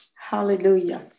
Hallelujah